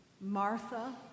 Martha